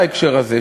בהקשר הזה,